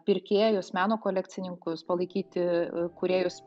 pirkėjus meno kolekcininkus palaikyti kūrėjus